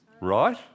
right